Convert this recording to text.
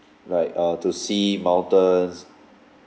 like uh to see mountains